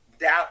doubt